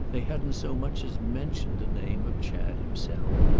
they hadn't so much as mentioned the name of chad himself.